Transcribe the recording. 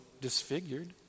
disfigured